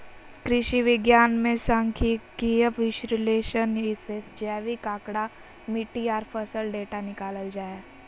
कृषि विज्ञान मे सांख्यिकीय विश्लेषण से जैविक आंकड़ा, मिट्टी आर फसल डेटा निकालल जा हय